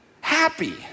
happy